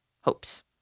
hopes